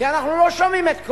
כי אנחנו לא שומעים את קולו,